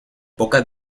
pocas